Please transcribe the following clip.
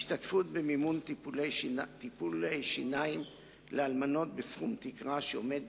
השתתפות במימון טיפולי שיניים לאלמנות בסכום תקרה שעומד